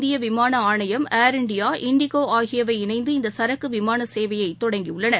இந்திய விமாள ஆணையம் ஏர் இண்டியா இண்டிகோ ஆகியவை இணைந்து இந்த சரக்கு விமான சேவையை தொடங்கி உள்ளன